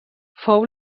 fou